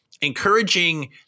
Encouraging